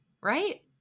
right